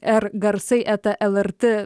r garsai eta lrt